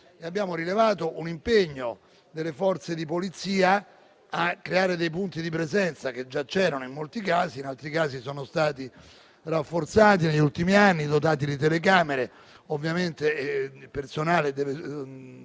abbiamo rilevato un impegno delle Forze di polizia per creare dei punti di presenza che in molti casi già c'erano, mentre in altri casi sono stati rafforzati negli ultimi anni e dotati di telecamere. Ovviamente il personale deve